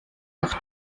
noch